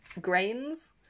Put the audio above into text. grains